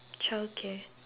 childcare